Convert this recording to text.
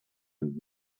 and